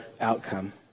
outcome